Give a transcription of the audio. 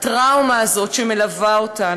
הטראומה הזאת שמלווה אותן,